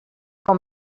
com